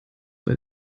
bei